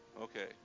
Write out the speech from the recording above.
Okay